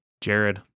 Jared